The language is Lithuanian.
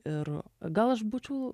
ir gal aš būčiau